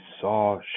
saw